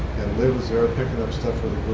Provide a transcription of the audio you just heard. liv is there picking up stuff